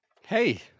hey